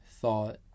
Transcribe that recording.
thought